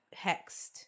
hexed